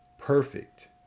perfect